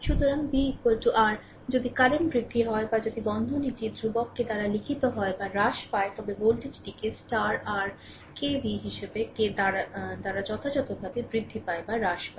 সুতরাং v আর যদি কারেন্ট বৃদ্ধি হয় বা যদি বন্ধনীটি ধ্রুবক কে দ্বারা লিখিত হয় বা হ্রাস পায় তবে ভোল্টেজটি কে আর কেv হিসাবে কে দ্বারা যথাযথভাবে বৃদ্ধি পায় বা হ্রাস পাবে